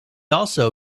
also